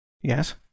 Yes